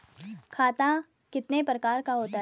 खाता कितने प्रकार का होता है?